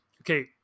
Okay